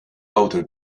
outer